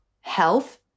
health